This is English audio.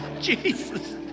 Jesus